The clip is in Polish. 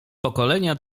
pokolenia